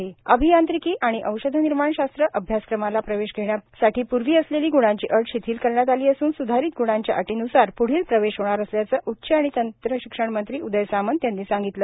ग्णांची अट शिथिल अभियांत्रिकी आणि औषधनिर्माणशास्त्र अभ्यासक्रमाला प्रवेश घेण्यासाठी पूर्वी असलेली ग्णांची अट शिथिल करण्यात आली असून सुधारित गुणांच्या अटीनुसार पृढील प्रवेश होणार असल्याचे उच्च शिक्षण मंत्री उदय सामंत यांनी सांगितले